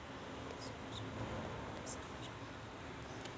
मी तीस वर्षाचा हाय तर मले सामाजिक योजनेचा लाभ भेटन का?